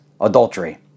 adultery